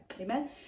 amen